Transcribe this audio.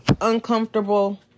uncomfortable